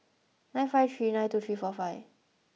nine five three nine two three four five